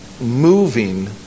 moving